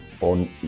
on